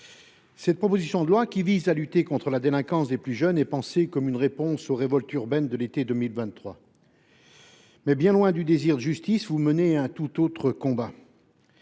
cette proposition de loi qui vise à lutter contre la délinquance des plus jeunes est pensée comme une réponse aux révoltes urbaines de l’été 2023. Mais, bien loin du désir de justice, vous menez un tout autre combat